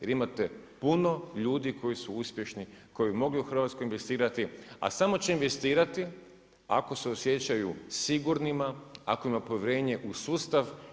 Jer imate puno ljudi koji su uspješni, koji bi mogli u Hrvatsku investirati a samo će investirati ako se osjećaju sigurnima, ako imaju povjerenje u sustav.